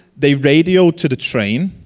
they've radio to the train.